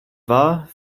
war